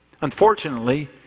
Unfortunately